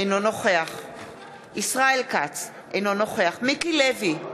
אינו נוכח ישראל כץ, אינו נוכח מיקי לוי,